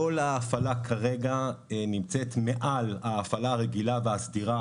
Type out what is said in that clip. כל ההפעלה כרגע נמצאת מעל ההפעלה הרגילה והסתירה